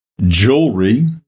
jewelry